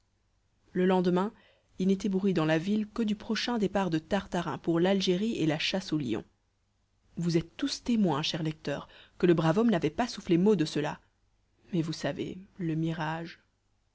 le lendemain il n'était bruit dans la ville que du prochain départ de tartarin pour l'algérie et la chasse aux lions vous êtes tous témoins chers lecteurs que le brave homme n'avait pas soufflé mot de cela mais vous savez le mirage